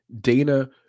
Dana